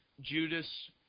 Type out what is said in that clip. Judas